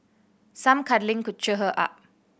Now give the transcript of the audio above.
some cuddling could cheer her up